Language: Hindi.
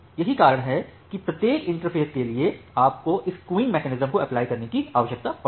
यही कारण है कि प्रत्येक इंटरफ़ेस के लिए आपको इस क़ुयूइंग मैकेनिज्म को अप्लाई करने की आवश्यकता पड़ती है